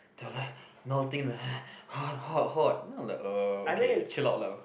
they were like melting like hot hot hot then I'm like err okay chill out lah